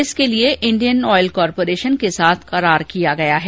इसके लिये Indian Oil Corporation के साथ करार किया गया है